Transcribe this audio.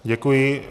Děkuji.